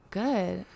good